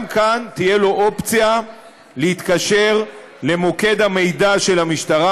גם כאן תהיה לו אופציה להתקשר למוקד המידע של המשטרה,